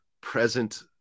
present